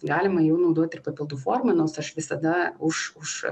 galima jų naudoti ir papildų forma nors aš visada už už